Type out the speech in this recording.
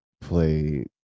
play